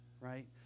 right